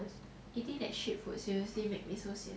eating that shit food seriously makes me so sian